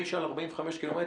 תשעה עד 45 קילומטר,